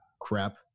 crap